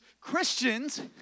Christians